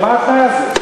למה התנאי הזה?